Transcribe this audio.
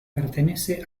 pertenece